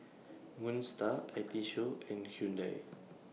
Moon STAR I T Show and Hyundai